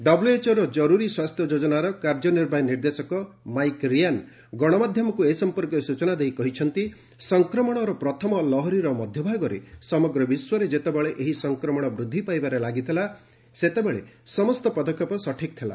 ଡବୁଏଚ୍ଓର ଜରୁରୀ ସ୍ୱାସ୍ଥ୍ୟ ଯୋଜନାର କାର୍ଯ୍ୟବାହୀ ନିର୍ଦ୍ଦେଶକ ମାଇକ୍ ରିଆନ୍ ଗଣମାଧ୍ୟମକୁ ଏ ସଂପର୍କରେ ସୂଚନା ଦେଇ କହିଛନ୍ତି ସଂକ୍ରମଣର ପ୍ରଥମ ଲହରୀର ମଧ୍ୟଭାଗରେ ସମଗ୍ର ବିଶ୍ୱରେ ଯେତେବେଳେ ଏହି ସଂକ୍ରମଣ ବୃଦ୍ଧି ପାଇବାରେ ଲାଗିଥିଲା ସେତେବେଳେ ସମସ୍ତ ପଦକ୍ଷେପ ସଠିକ୍ ଥିଲା